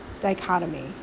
dichotomy